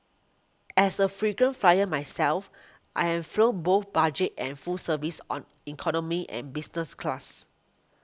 as a frequent flyer myself I've flown both budget and full service on economy and business class